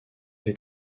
les